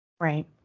Right